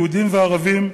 יהודים וערבים,